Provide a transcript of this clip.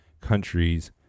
countries